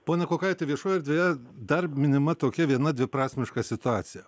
pone kukaiti viešoj erdvėje dar minima tokia viena dviprasmiška situacija